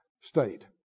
state